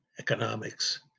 economics